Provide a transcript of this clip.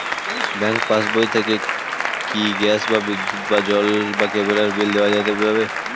Bank পাশবই থেকে কি গ্যাস বা বিদ্যুৎ বা জল বা কেবেলর বিল দেওয়া যাবে?